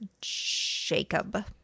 Jacob